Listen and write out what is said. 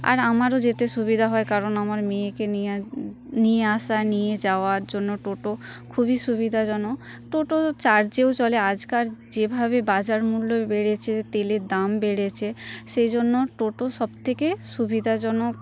আর আমারও যেতে সুবিধা হয় কারণ আমার মেয়েকে নিয়ে নিয়ে আসা নিয়ে যাওয়ার জন্য টোটো খুবই সুবিধাজনক টোটো চার্জেও চলে আজকার যেভাবে বাজার মূল্য বেড়েছে তেলের দাম বেড়েছে সেই জন্য টোটো সব থেকে সুবিধাজনক